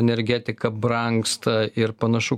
energetika brangsta ir panašu